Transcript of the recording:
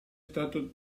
stato